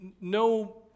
no